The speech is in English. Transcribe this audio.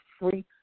free